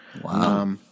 Wow